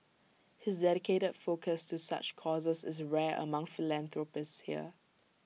his dedicated focus to such causes is rare among philanthropists here